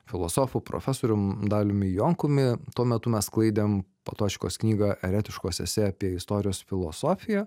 filosofu profesorium daliumi jonkumi tuo metu mes sklaidėm patočkos knygą eretiškos esė apie istorijos filosofiją